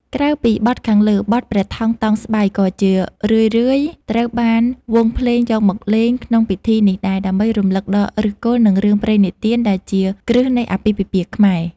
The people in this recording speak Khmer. ក្រៅពីបទខាងលើ បទ ព្រះថោងតោងស្បៃ ក៏ជារឿយៗត្រូវបានវង់ភ្លេងយកមកលេងក្នុងពិធីនេះដែរ ដើម្បីរំលឹកដល់ឫសគល់ និងរឿងព្រេងនិទានដែលជាគ្រឹះនៃអាពាហ៍ពិពាហ៍ខ្មែរ។